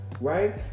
right